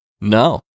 No